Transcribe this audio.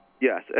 Yes